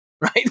Right